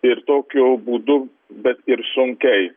ir tokiu būdu bet ir sunkiai